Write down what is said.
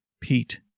Pete